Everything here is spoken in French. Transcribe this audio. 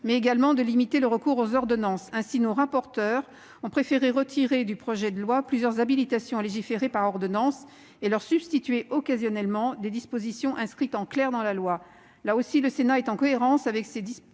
mais également de limiter le recours aux ordonnances. Ainsi, nos rapporteurs ont préféré supprimer du projet de loi plusieurs habilitations à légiférer par ordonnances et leur substituer occasionnellement des dispositions inscrites « en clair » dans la loi. Là encore, le Sénat est en cohérence avec sa position